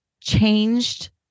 changed